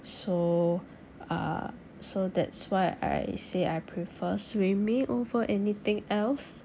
so uh so that's why I say I prefer swimming over anything else